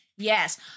Yes